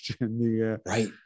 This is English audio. right